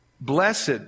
Blessed